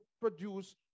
produce